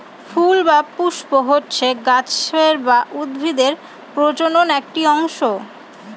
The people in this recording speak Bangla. ফুল বা পুস্প হচ্ছে গাছের বা উদ্ভিদের প্রজনন একটি অংশ